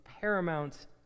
paramount